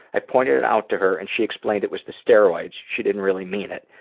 i pointed it out to her and she explained it was the steroids. she didn't really mean it.